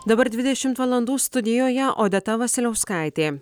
dabar dvidešimt valandų studijoje odeta vasiliauskaitė